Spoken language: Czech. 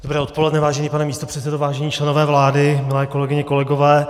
Dobré odpoledne, vážený pane místopředsedo, vážení členové vlády, milé kolegyně, kolegové.